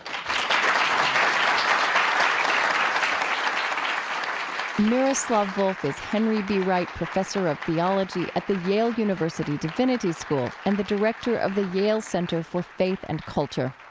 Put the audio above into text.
miroslav volf is henry b. wright professor of theology at the yale university divinity school and the director of the yale center for faith and culture.